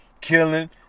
killing